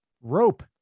rope